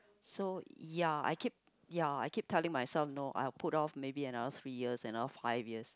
so ya I keep ya I keep telling myself no I have put off maybe another three years another five years